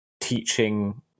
teaching